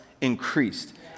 increased